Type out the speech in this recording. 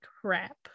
crap